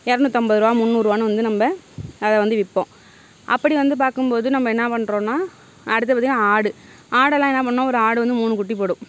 இரநூத்தம்பதுருபா முன்னூறுரூவானு வந்து நம்ம அதை வந்து விற்போம் அப்படி வந்து பார்க்கும் போது நம்ம என்ன பண்றோம்னால் அடுத்து பார்த்திங்கனா ஆடு ஆடெல்லாம் என்ன பண்ணும் ஒரு ஆடு வந்து மூணு குட்டி போடும்